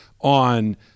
on